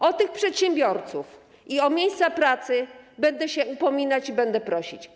O tych przedsiębiorców i o te miejsca pracy będę się upominać i będę prosić.